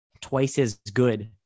twice-as-good